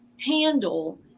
handle